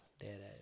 dead